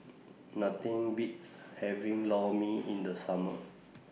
Nothing Beats having Lor Mee in The Summer